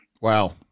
Wow